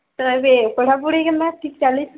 ତ ଏବେ ପଢ଼ାପଢ଼ି କେନ୍ତା ଠିକ୍ ଚାଲିଛେ